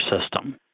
system